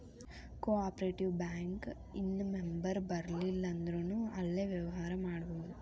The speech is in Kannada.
ಕೊ ಆಪ್ರೇಟಿವ್ ಬ್ಯಾಂಕ ಇನ್ ಮೆಂಬರಿರ್ಲಿಲ್ಲಂದ್ರುನೂ ಅಲ್ಲೆ ವ್ಯವ್ಹಾರಾ ಮಾಡ್ಬೊದು